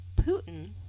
Putin